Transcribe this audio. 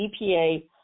EPA